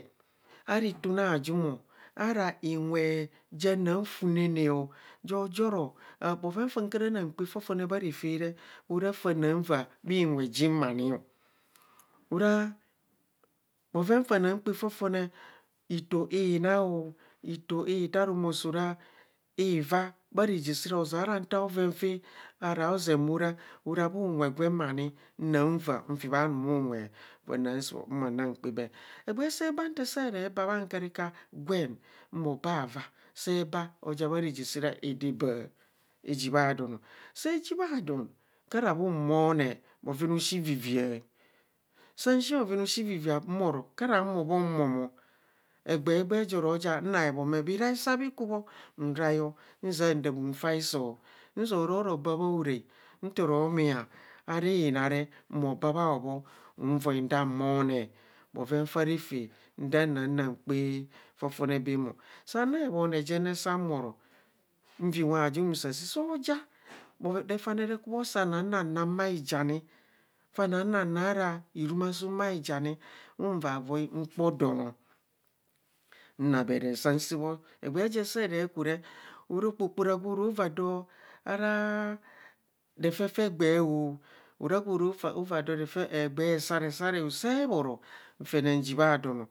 Ara itune ajum o, ara inwe jana funene o, jojoro bhoven fa kara na kpaa fofone bha refe re ora kara uaa bhi nwe jiin orii o, ara bhoven fa na kpaa fofone itoo inaa o, itoo itaar o, mo so rae ivaa, bha reje ozeara nta oven fe ara zee bho ra, ara bhu nwen na nvaa nfi bha numunwe gwa na saa bho na kpaa bee. Egbee see baa nte see re baa bha nkirita gwen mo baa avaa see baa aja bha reje see re adạạ bạạ eji bha don o, sạạ ji bhaa don kara bhu moone bhoven oshii ivivia, sa shii bhoven aoshii ivivia mbhoro kara humo bho mam ọ egbee egbee jọro ja na hebhome bhirai sa bhi kubho nrai o nzia daa bhifaa isoo ʌzia ororo baa bha orai, nto ro mia ara inaa re, mo baa bha obho emzai da mone bhoven fa refe nda na na kpaa fofone bạạm o saa na ebhone jenne sam bhoro nvaa inwe ajum saasaa, so ja refane rekubho sa na na nang bhaijani faa na na nang ara hurumasuum bhaijani nvavoi mkpo don o, namere saa saa bho egbee se re kure ara okpokpora gwo ro vaa doo ara refefe egbee o, ara gwo ro vaa doo egbed esare sare o see khoro nfene nji bha don o.